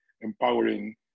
empowering